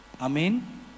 Amen